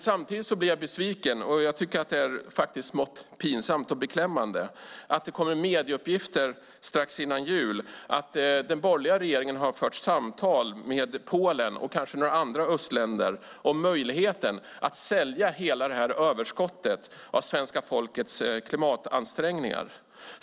Samtidigt blir jag besviken och tycker att det är smått pinsamt och beklämmande med de medieuppgifter som kom strax före jul om att den borgerliga regeringen har fört samtal med Polen och kanske några andra östländer om möjligheten att sälja hela överskottet till följd av svenska folkets klimatansträngningar.